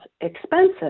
expensive